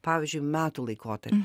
pavyzdžiui metų laikotar